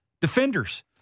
defenders